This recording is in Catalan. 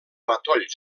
matoll